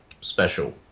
Special